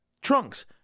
Trunks